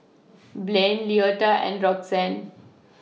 Blain Leota and Roxanne